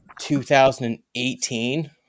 2018